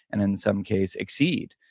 and in some case exceed.